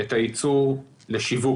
את הייצור לשיווק,